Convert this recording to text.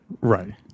Right